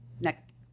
Next